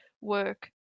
work